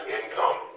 income